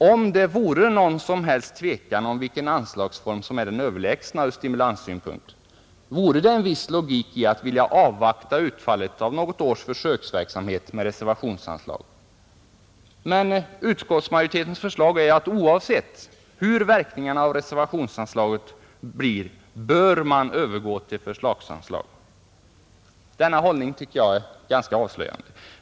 Om det vore någon som helst tvekan om vilken anslagsform som är den överlägsna ur stimulanssynpunkt vore det en viss logik att vilja avvakta utfallet av något års försöksverksamhet med reservationsanslag, Men utskottsmajoritetens förslag är ju att oavsett hur verkningarna av reservationsanslaget blir bör man övergå till förslagsanslag. Denna hållning tycker jag är ganska avslöjande.